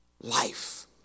life